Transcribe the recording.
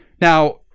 Now